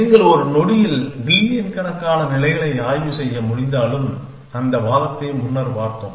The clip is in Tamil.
நீங்கள் ஒரு நொடியில் பில்லியன் கணக்கான நிலைகளை ஆய்வு செய்ய முடிந்தாலும் அந்த வாதத்தை முன்னர் பார்த்தோம்